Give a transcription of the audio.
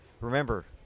remember